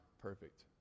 perfect